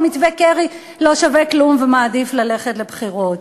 מתווה קרי לא שווה כלום והוא מעדיף ללכת לבחירות.